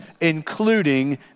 including